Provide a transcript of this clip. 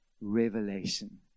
revelation